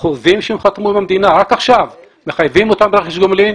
החוזים שהם חתמו עם המדינה רק עכשיו מחייבים אותם ברכש גומלין,